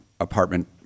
apartment